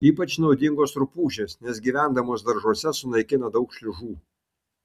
ypač naudingos rupūžės nes gyvendamos daržuose sunaikina daug šliužų